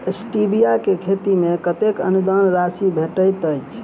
Stevia केँ खेती मे कतेक अनुदान राशि भेटैत अछि?